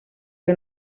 che